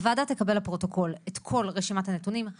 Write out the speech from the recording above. הוועדה תקבל לפרוטוקול את כל רשימת הנתונים,